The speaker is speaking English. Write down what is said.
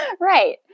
Right